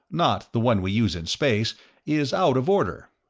not the one we use in space is out of order.